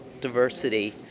diversity